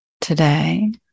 today